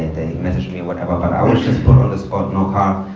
messaged me, whatever, but i was just put on the spot, no car,